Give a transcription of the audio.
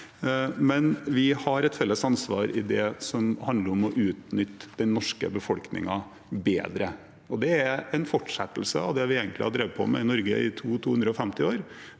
men vi har et felles ansvar i det som handler om å utnytte den norske befolkningen bedre. Det er en fortsettelse av det vi egentlig har drevet med i Norge i 250 år.